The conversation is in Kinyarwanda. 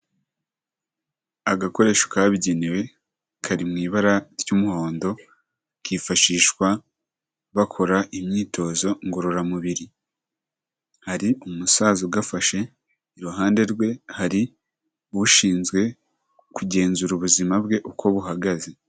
Agakoresho kabigenewe kari mu ibara ry'umuhondo kifashishwa bakora imyitozo ngororamubiri. Hari umusaza ugafashe, iruhande rwe hari ushinzwe kugenzura ubuzima bwe uko buhagaze.